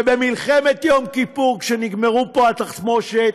ובמלחמת יום כיפור, כשנגמרה פה התחמושת,